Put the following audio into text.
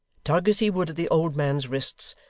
tug as he would at the old man's wrists,